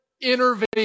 intervene